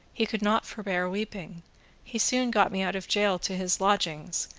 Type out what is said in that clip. he could not forbear weeping he soon got me out of jail to his lodgings,